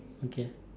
okay